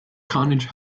carnage